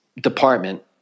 department